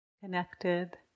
connected